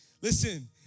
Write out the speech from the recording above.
Listen